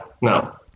no